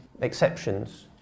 exceptions